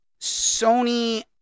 Sony